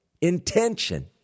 intention